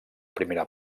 primera